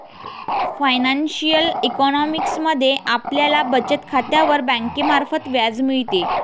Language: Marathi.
फायनान्शिअल इकॉनॉमिक्स मध्ये आपल्याला बचत खात्यावर बँकेमार्फत व्याज मिळते